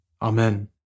Amen